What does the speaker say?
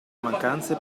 mancanze